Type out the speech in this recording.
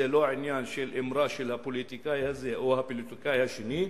וזה לא עניין של אמרה של הפוליטיקאי הזה או של הפוליטיקאי השני.